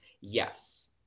Yes